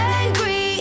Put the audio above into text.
angry